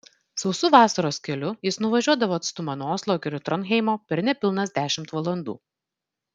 sausu vasaros keliu jis nuvažiuodavo atstumą nuo oslo iki tronheimo per nepilnas dešimt valandų